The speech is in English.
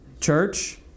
Church